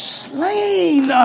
slain